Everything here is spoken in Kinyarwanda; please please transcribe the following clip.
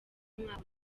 umwaka